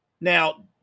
Now